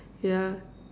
yeah